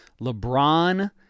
LeBron